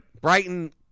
Brighton